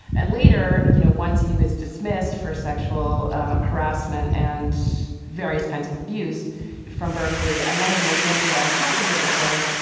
and later, you know, once he was dismissed for sexual harassment and various kinds of abuse from berkeley, i wanted to look into what had happened to this woman.